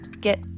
get